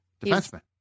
defenseman